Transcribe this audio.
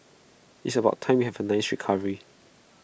it's about time we had A nice recovery